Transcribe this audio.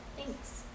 Thanks